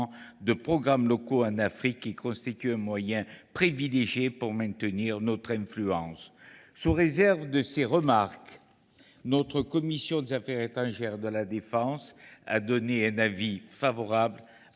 de programmes locaux en Afrique, qui constituent un moyen privilégié pour maintenir notre influence. Sous réserve de ces remarques, la commission des affaires étrangères, de la défense et des forces